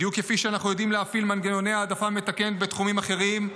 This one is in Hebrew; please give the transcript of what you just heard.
בדיוק כפי שאנחנו יודעים להפעיל מנגנוני העדפה מתקנת בתחומים אחרים,